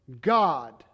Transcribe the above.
God